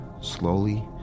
slowly